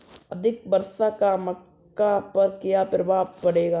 अधिक वर्षा का मक्का पर क्या प्रभाव पड़ेगा?